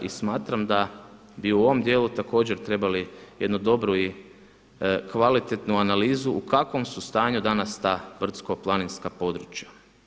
I smatram da bi u ovom dijelu također trebali jednu dobru i kvalitetnu analizu u kakvom su stanju danas ta brdsko-planinska područja.